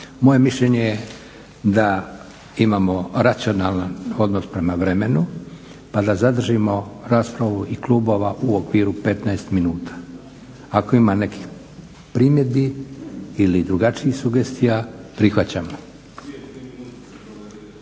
Moje mišljenje je da imamo racionalan odnos prema vremenu, pa da zadržimo raspravu i klubova u okviru 15 minuta. Ako ima nekih primjedbi ili drugačijih sugestija, prihvaćam.